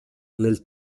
nel